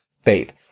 Faith